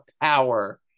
power